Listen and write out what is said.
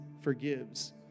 forgives